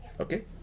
Okay